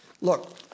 Look